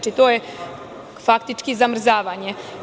To je faktički zamrzavanje.